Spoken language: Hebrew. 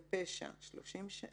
(1) בפשע שלושים שנה"